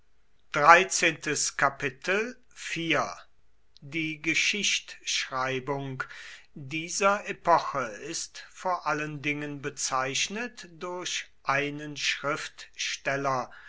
die geschichtschreibung dieser epoche ist vor allen dingen bezeichnet durch einen schriftsteller